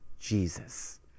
Jesus